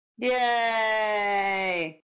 Yay